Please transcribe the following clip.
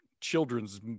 children's